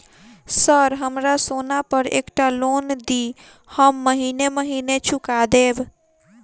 Sir हमरा सोना पर एकटा लोन दिऽ हम महीने महीने चुका देब?